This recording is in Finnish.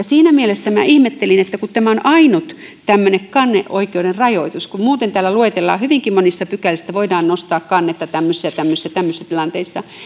siinä mielessä minä ihmettelin että tämä on ainut tämmöinen kanneoikeuden rajoitus kun muuten täällä luetellaan hyvinkin monissa pykälissä että voidaan nostaa kanne tämmöisissä tämmöisissä ja tämmöisissä tilanteissa